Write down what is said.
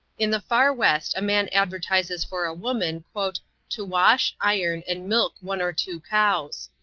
in the far west a man advertises for a woman to wash, iron and milk one or two cows.